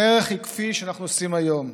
הדרך היא כפי שאנחנו עושים היום: